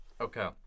Okay